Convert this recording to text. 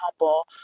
humble